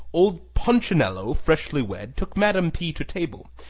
old paunchinello, freshly wed, took madam p. to table,